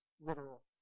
literal